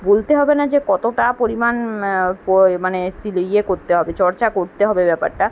বলতে হবে না যে কতোটা পরিমাণ প মানে শীলে ইয়ে করতে হবে চর্চা করতে হবে ব্যাপারটা